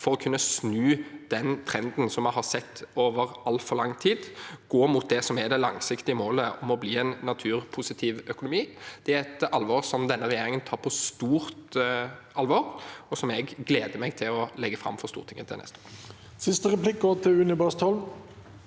for å kunne snu den trenden vi har sett over altfor lang tid, og gå mot det som er det langsiktige målet: å bli en naturpositiv økonomi. Det er et mål som denne regjeringen tar på stort alvor, og noe som jeg gleder meg til å legge fram for Stortinget neste år. Une Bastholm